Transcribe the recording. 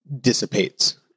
dissipates